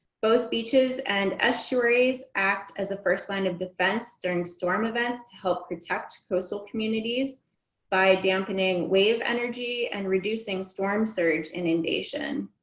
both beaches and estuaries act as a first line of defense during storm events to help protect coastal communities by dampening wave energy and reducing storm surge inundation.